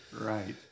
Right